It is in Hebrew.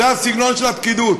זה הסגנון של הפקידות,